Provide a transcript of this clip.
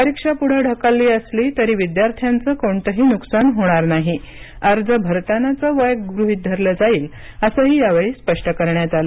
परीक्षा पुढे ढकलली असली तरी विद्यार्थ्यांचं कोणतंही नुकसान होणार नाही अर्ज भरतानाचं वय गृहीत धरलं जाईल असंही यावेळी स्पष्ट करण्यात आलं